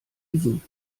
niesen